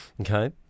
Okay